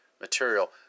material